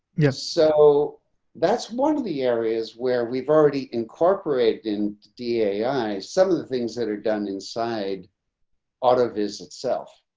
yes, so that's one of the areas where we've already incorporated in da is some of the things that are done inside out of his itself.